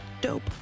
dope